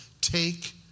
take